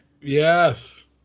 yes